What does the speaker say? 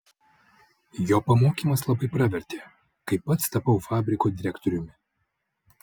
jo pamokymas labai pravertė kai pats tapau fabriko direktoriumi